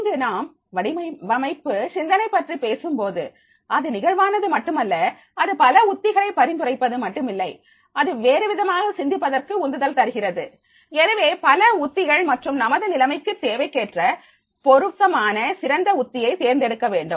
இங்கு நாம் வடிவமைப்பு சிந்தனை பற்றி பேசும் போது அது நிகழ்வானது மட்டுமல்ல அது பல உத்திகளை பரிந்துரைப்பது மட்டுமில்லை அது வேறு விதமாக சிந்திப்பதற்கு உந்துதல் தருகிறது எனவே பல உத்திகள் மற்றும் நமது நிலைமைக்கு தேவைக்கேற்ப பொருத்தமான சிறந்த உத்தியை தேர்ந்தெடுக்க வேண்டும்